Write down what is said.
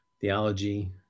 theology